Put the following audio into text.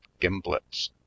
gimblets